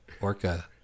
Orca